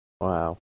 Wow